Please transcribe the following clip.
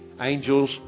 Angels